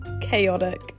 chaotic